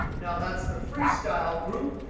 now that's the freestyle group.